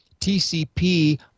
TCP